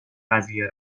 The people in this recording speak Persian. قضیه